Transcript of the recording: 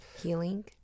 healing